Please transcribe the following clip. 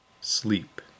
sleep